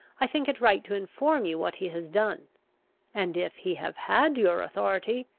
i think it right to inform you what he has done and, if he have had your authority,